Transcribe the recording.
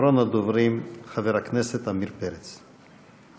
אחרון הדוברים, חבר הכנסת עמיר פרץ.